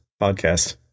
podcast